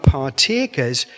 partakers